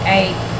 eight